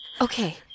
okay